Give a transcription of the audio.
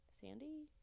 Sandy